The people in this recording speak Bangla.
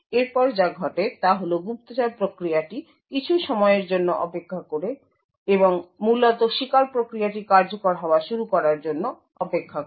এরপর যা ঘটে তা হল গুপ্তচর প্রক্রিয়াটি কিছু সময়ের জন্য অপেক্ষা করে এবং মূলত শিকার প্রক্রিয়াটি কার্যকর হওয়া শুরু করার জন্য অপেক্ষা করে